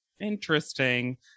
interesting